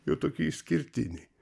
jie tokie išskirtiniai